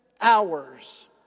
hours